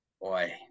boy